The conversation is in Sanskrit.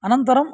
अनन्तरं